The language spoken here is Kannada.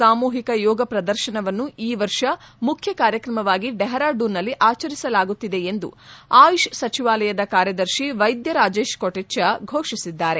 ಸಾಮೂಹಿಕ ಯೋಗ ಪ್ರದರ್ತನವನ್ನು ಈ ವರ್ಷ ಮುಖ್ಯ ಕಾರ್ಯಕ್ರಮವಾಗಿ ಡೆಹರಾಡೂನ್ನಲ್ಲಿ ಆಚರಿಸಲಾಗುತ್ತಿದೆ ಎಂದು ಆಯುಷ್ ಸಚಿವಾಲಯದ ಕಾರ್ಯದರ್ಶಿ ವೈದ್ಯರಾಜೀಶ್ ಕೊಟೆಚ್ಚಾ ಘೋಷಿಸಿದ್ದಾರೆ